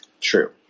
True